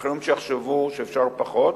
אחרים יחשבו שאפשר פחות.